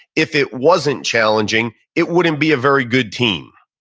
if it wasn't challenging, it wouldn't be a very good team.